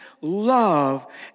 love